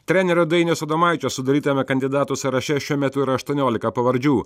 trenerio dainiaus adomaičio sudarytame kandidatų sąraše šiuo metu yra aštuoniolika pavardžių